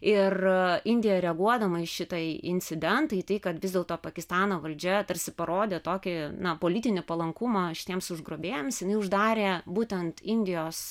ir indija reaguodama į šitą incidentą į tai kad vis dėlto pakistano valdžia tarsi parodė tokį politinį palankumą šitiems užgrobėjams jinai uždarė būtent indijos